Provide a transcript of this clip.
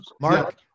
Mark